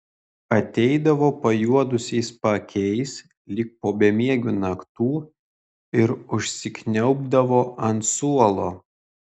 ateidavo pajuodusiais paakiais lyg po bemiegių naktų ir užsikniaubdavo ant suolo